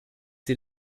sie